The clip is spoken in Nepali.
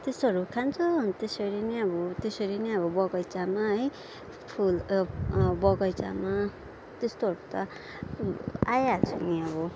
त्यस्तोहरू खान्छ त्यसरी नै अब त्यसरी नै अब बगैँचामा है फुल बगैँचामा त्यस्तोहरू त आइहाल्छ नि अब